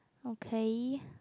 okay